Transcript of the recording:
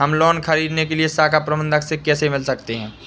हम लोन ख़रीदने के लिए शाखा प्रबंधक से कैसे मिल सकते हैं?